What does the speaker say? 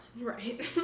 Right